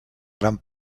gran